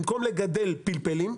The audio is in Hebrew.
במקום לגדל פלפלים,